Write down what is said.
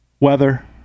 weather